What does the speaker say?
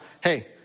hey